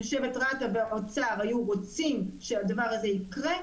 יושבת רת"א והמועצה היו רוצים שהדבר הזה יקרה,